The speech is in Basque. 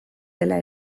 dela